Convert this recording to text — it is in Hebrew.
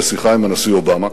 בשיחה עם הנשיא אובמה,